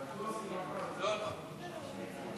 בבקשה.